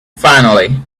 finally